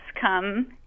come